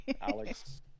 Alex